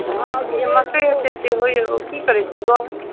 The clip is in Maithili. हाँ ई जे मकै एते एते होइया ओ की करैत छियै गाँवमे